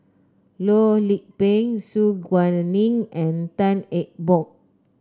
Loh Lik Peng Su Guaning and Tan Eng Bock